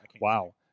Wow